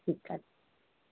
ठीकु आहे